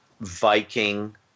Viking